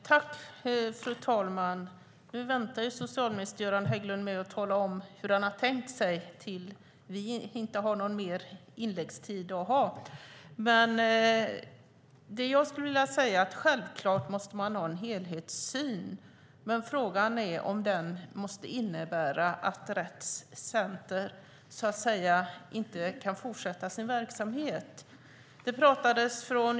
Fru talman! Nu väntar socialminister Göran Hägglund med att tala om hur han har tänkt sig detta till dess att vi inte har några fler inlägg. Självfallet måste man ha en helhetssyn, men frågan är om den måste innebära att Rett Center inte kan fortsätta sin verksamhet.